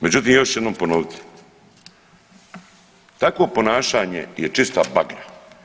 Međutim još ću jednom ponoviti, takvo ponašanje je čista bagra.